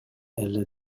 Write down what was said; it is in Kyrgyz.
эле